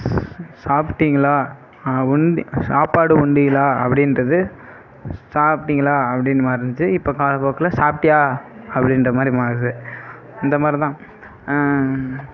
ஸ் சாப்பிட்டிங்களா ஆவுண்டு சாப்பாடு உண்டிலா அப்படின்றது சாப்பிட்டிங்களா அப்படின் மாருனுச்சி இப்போ காலப்போக்கிலப் சாப்பிட்டியா அப்படின்ற மாதிரி மாறுது இந்த மாதிரி தான்